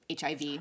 HIV